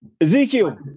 Ezekiel